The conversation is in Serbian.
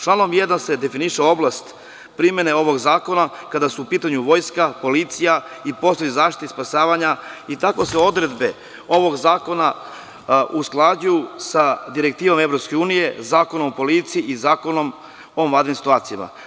Članom 1. se definiše oblast primene ovog zakona, kada su u pitanju vojska, policija i zaštita spasavanja tako se odredbe ovog zakona usklađuju sa direktivom EU, Zakonom o policiji i Zakonom o vanrednim situacijama.